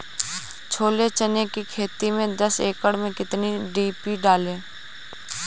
छोले चने की खेती में दस एकड़ में कितनी डी.पी डालें?